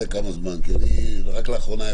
מי בונה את התוכנה?